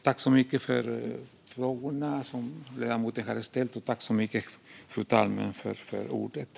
Jag tackar ledamoten för frågorna.